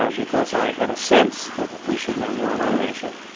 ah because i had a sense that we should know more about asia.